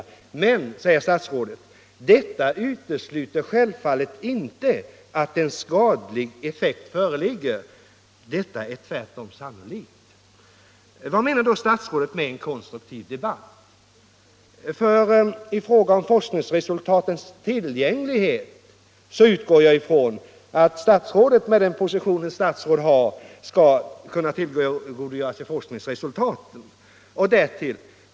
Men, säger statsrådet: ”Detta utesluter självfallet inte att en skadlig effekt föreligger, detta är tvärtom sannolikt.” Vad menar då statsrådet med en konstruktiv debatt? När det gäller forskningsresultatens tillgänglighet utgår jag från att statsrådet, med den position ett statsråd har, skall kunna tillgodogöra sig forskningsresultat.